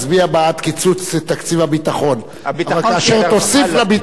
אבל כאשר תוסיף לביטחון אז הוא, לצערי, תודה,